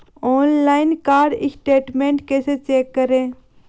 Online card statement कैसे check करें?